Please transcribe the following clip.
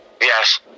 Yes